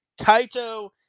Kaito